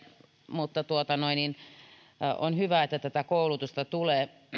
mutta on hyvä että tätä koulutusta tulee